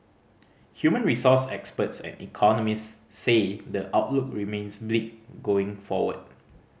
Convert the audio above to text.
human resource experts and economists say the outlook remains bleak going forward